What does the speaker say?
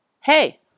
Hey